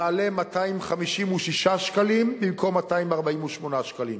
יעלה 256 ש"ח במקום 248 ש"ח.